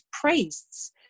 priests